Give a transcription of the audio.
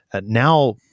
now